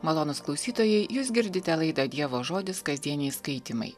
malonūs klausytojai jūs girdite laidą dievo žodis kasdieniai skaitymai